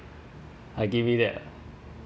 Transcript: I give you that ah